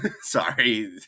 sorry